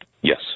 Yes